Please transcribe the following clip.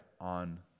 on